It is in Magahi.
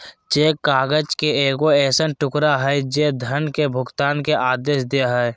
चेक काग़ज़ के एगो ऐसन टुकड़ा हइ जे धन के भुगतान के आदेश दे हइ